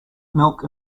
milk